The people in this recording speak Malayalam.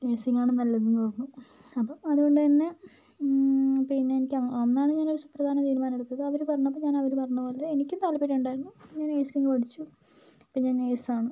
നഴ്സിംഗ് ആണ് നല്ലത് എന്ന് പറഞ്ഞു അപ്പോൾ അത് കൊണ്ട്തന്നെ പിന്നെ എനിക്ക് അന്നാണ് ഞാൻ ഒരു സുപ്രധാന തീരുമാനം എടുത്തത് അപ്പോൾ ഞാൻ അവര് പറഞ്ഞത് പോലെ എനിക്കും താല്പര്യം ഉണ്ടായിരുന്നു ഞാൻ നഴ്സിംഗ് പഠിച്ചു ഇപ്പോൾ ഞാൻ നേഴ്സ് ആണ്